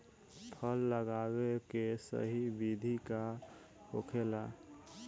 फल लगावे के सही विधि का होखेला?